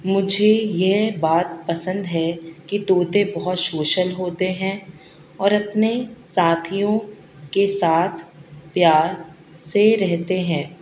مجھے یہ بات پسند ہے کہ طوطے بہت سوشل ہوتے ہیں اور اپنے ساتھیوں کے ساتھ پیار سے رہتے ہیں